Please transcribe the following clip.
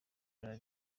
ibara